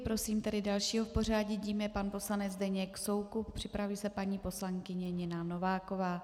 Prosím tedy dalšího v pořadí a tím je pan poslanec Zdeněk Soukup, připraví se paní poslankyně Nina Nováková.